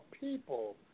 people